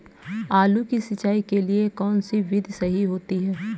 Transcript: आलू की सिंचाई के लिए कौन सी विधि सही होती है?